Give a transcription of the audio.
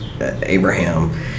Abraham